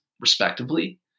respectively